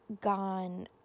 gone